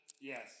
Yes